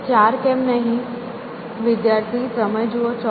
ચાર કેમ નહીં